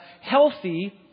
healthy